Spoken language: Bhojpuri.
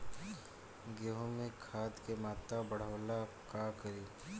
गेहूं में खाद के मात्रा बढ़ावेला का करी?